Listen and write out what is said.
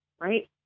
right